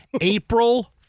April